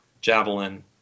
Javelin